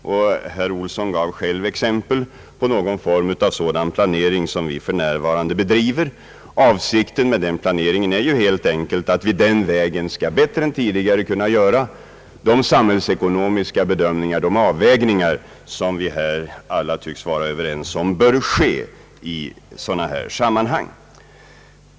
Herr Johan Olsson gav själv exempel på någon form av sådan planering som vi för närvarande bedriver. Avsikten med denna planering är ju helt enkelt att vi den vägen skall bättre än tidigare kunna göra de samhällsekonomiska bedömningar och avvägningar som vi här alla tycks vara överens om bör ske i sådana här sammanhang.